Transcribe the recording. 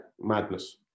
madness